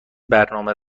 برنامه